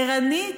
ערנית.